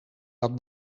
dat